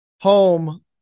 home